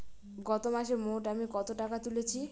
গত মাসে মোট আমি কত টাকা তুলেছি?